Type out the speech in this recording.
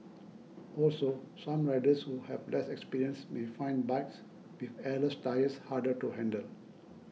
also some riders who have less experience may find bikes with airless tyres harder to handle